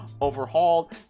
overhauled